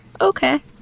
okay